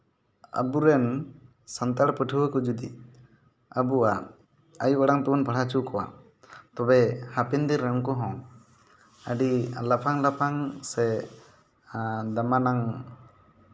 ᱟᱵᱚᱨᱮᱱ ᱥᱟᱱᱛᱟᱲ ᱯᱟᱹᱴᱷᱩᱣᱟᱹ ᱠᱚ ᱡᱩᱫᱤ ᱟᱵᱚᱣᱟᱜ ᱟᱹᱭᱩ ᱟᱲᱟᱝ ᱛᱮᱵᱚᱱ ᱯᱟᱲᱦᱟᱣ ᱦᱚᱪᱚ ᱠᱚᱣᱟ ᱛᱚᱵᱮ ᱦᱟᱯᱮᱱ ᱫᱤᱱᱨᱮ ᱩᱱᱠᱩ ᱦᱚᱸ ᱟᱹᱰᱤ ᱞᱟᱯᱷᱟᱝ ᱞᱟᱯᱷᱟᱝ ᱥᱮ ᱫᱟᱢᱟᱱᱟᱝ